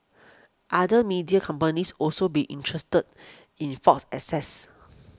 other media companies also be interested in Fox's assets